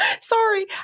Sorry